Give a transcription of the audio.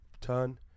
turn